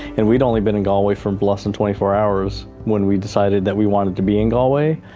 and we'd only been in galway for less than twenty four hours when we decided that we wanted to be in galway.